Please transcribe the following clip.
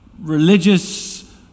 religious